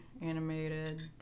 animated